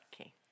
Okay